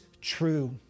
true